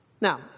Now